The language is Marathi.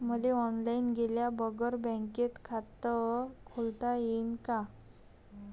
मले ऑनलाईन गेल्या बगर बँकेत खात खोलता येईन का?